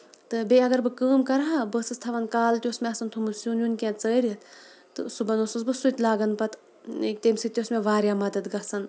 تہٕ بیٚیہِ اَگر بہٕ کٲم کرٕ ہا بہٕ ٲسٕس تھاوان کالہٕ تہِ اوس مےٚ آسان تھوومُت سیُن ویُن کیٚنٛہہ ژٲرِتھ تہٕ صبُحن ٲسٕس بہٕ سُہ تہِ لاگان پَتہٕ تَمہِ سۭتۍ اوس مےٚ واریاہ مدد گژھان